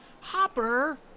Hopper